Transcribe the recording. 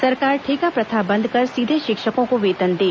सरकार ठेका प्रथा बंद कर सीधे शिक्षकों को वेतन दें